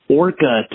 orca